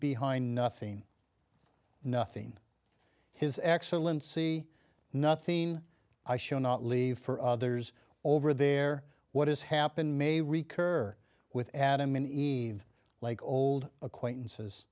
behind nothing nothing his excellence see nothing i shall not leave for others over there what has happened may recur with adam and eve like old acquaintances